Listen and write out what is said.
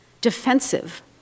defensive